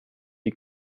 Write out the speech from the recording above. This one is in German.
die